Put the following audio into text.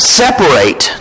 separate